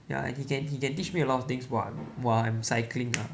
ya and he can he can teach me a lot of things whi~ while I'm cycling lah